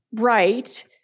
right